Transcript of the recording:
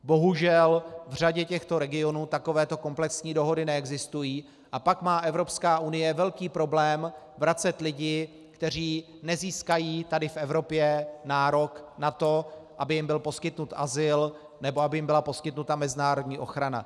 Bohužel v řadě těchto regionů takovéto komplexní dohody neexistují, a pak má Evropská unie velký problém vracet lidi, kteří nezískají tady v Evropě nárok na to, aby jim byl poskytnut azyl nebo aby jim byla poskytnuta mezinárodní ochrana.